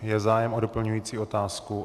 Je zájem o doplňující otázku?